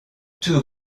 two